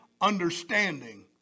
understanding